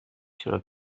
چرا